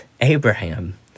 Abraham